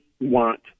want